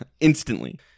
Instantly